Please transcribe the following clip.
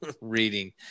reading